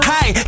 Hey